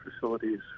facilities